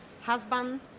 husband